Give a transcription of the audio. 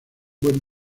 buen